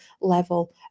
level